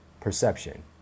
perception